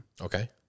Okay